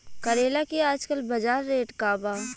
करेला के आजकल बजार रेट का बा?